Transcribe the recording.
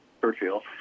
Churchill